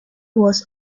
was